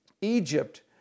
Egypt